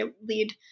lead